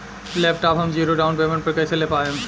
Laptop हम zero down payment पर कैसे ले पाएम?